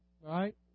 Right